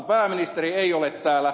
pääministeri ei ole täällä